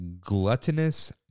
gluttonous